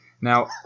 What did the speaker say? Now